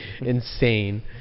insane